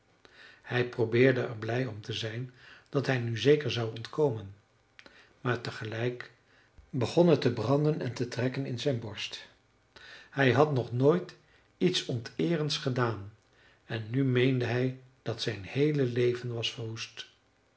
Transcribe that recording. hij probeerde er blij om te zijn dat hij nu zeker zou ontkomen maar tegelijk begon het te branden en te trekken in zijn borst hij had nog nooit iets onteerends gedaan en nu meende hij dat zijn heele leven was verwoest